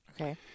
Okay